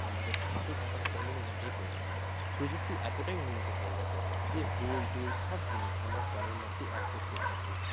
আমাদের হাতে থাকা ফোনের মধ্যেই করতে পারি প্রযুক্তি এতটাই উন্নত হয়ে গেছে যে বইটই সব কিছু আমরা ফোনের মধ্যেই অ্যাক্সেস করতে পারি